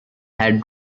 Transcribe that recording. had